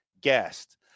guest